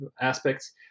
aspects